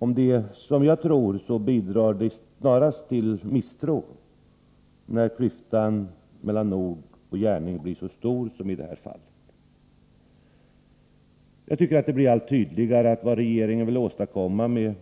Om det är som jag tror bidrar det snarast till misstro när klyftan mellan ord och gärning blir så stor som i det här fallet. Det blir allt tydligare att vad regeringen vill åstadkomma med